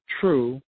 true